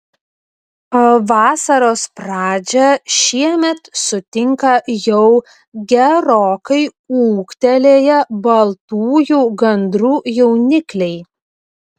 vasaros pradžią šiemet sutinka jau gerokai ūgtelėję baltųjų gandrų jaunikliai